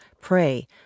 pray